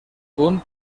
punt